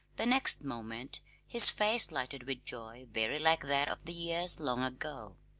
the next moment his face lighted with joy very like that of the years long ago.